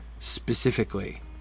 Specifically